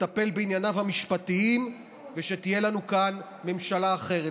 לטפל בענייניו המשפטיים ושתהיה לנו כאן ממשלה אחרת.